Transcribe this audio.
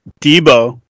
Debo